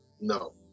No